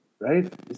right